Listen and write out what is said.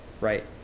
right